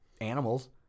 animals